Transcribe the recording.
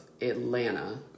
Atlanta